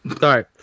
Sorry